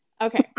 Okay